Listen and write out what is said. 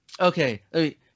okay